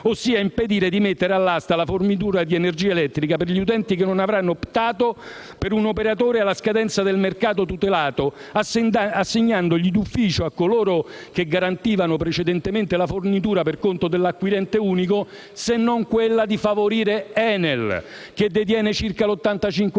ossia impedire di mettere all'asta la fornitura di energia elettrica per gli utenti che non avranno optato per un operatore alla scadenza del mercato tutelato, assegnandoli d'ufficio a coloro che garantivano precedentemente la fornitura per conto dell'acquirente unico, se non quella di favorire ENEL, che detiene circa l'85 per